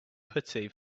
putty